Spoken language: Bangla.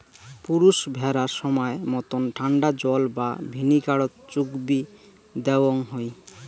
পুরুষ ভ্যাড়া সমায় মতন ঠান্ডা জল বা ভিনিগারত চুগবি দ্যাওয়ং হই